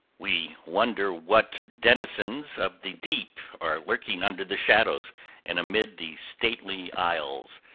we wonder what denizens of the deep are lurking under the shadows and amid the stately aisles,